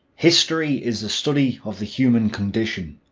history is the study of the human condition.